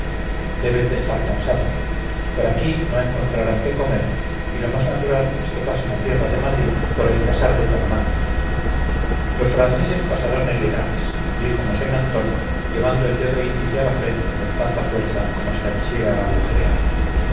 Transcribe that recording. deben de estar cansados por aquí no encontrarán que comer y lo más natural es que pasen a tierra de madrid por el casar de talamanca los franceses pasarán el henares dijo mosén antón llevando el dedo índice a la frente con tanta fuerza como si la quisiera agujerear